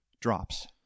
drops